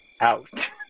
out